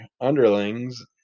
underlings